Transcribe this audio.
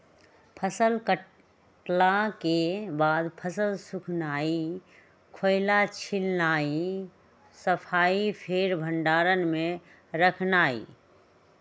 फसल कटला के बाद फसल सुखेनाई, खोइया छिलनाइ, सफाइ, फेर भण्डार में रखनाइ